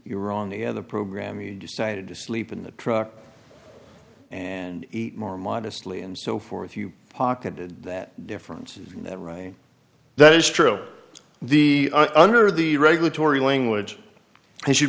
were on the other program you decided to sleep in the truck and eat more modestly and so forth you pocketed that difference is that right that is true the under the regulatory language